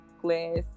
glass